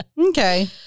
Okay